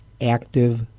active